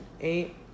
eight